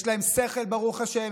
יש להם שכל, ברוך השם.